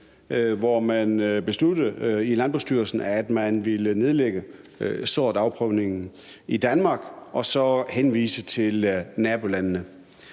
hvor man i Landbrugsstyrelsen besluttede, at man ville nedlægge sortsafprøvningen i Danmark og så henvise til nabolandene.